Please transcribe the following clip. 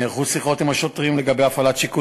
נערכו שיחות עם השוטרים לגבי הפעלת שיקול